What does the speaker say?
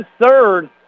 third